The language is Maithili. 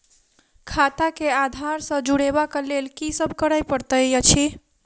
खाता केँ आधार सँ जोड़ेबाक लेल की सब करै पड़तै अछि?